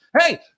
Hey